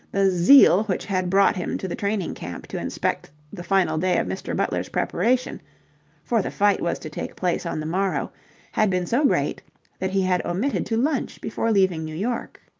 the zeal which had brought him to the training-camp to inspect the final day of mr. butler's preparation for the fight was to take place on the morrow had been so great that he had omitted to lunch before leaving new york.